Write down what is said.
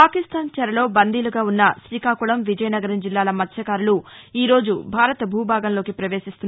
పాకిస్తాన్ చెరలో బందీలుగా వున్న శ్రీకాకుళం విజయనగరం జిల్లాల మత్స్యకారులు ఈ రోజు భారత భూభాగంలోకి పవేశీస్తున్నారు